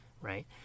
right